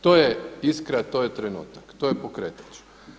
To je iskra, to je trenutak, to je pokretač.